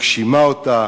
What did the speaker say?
מגשימה אותה,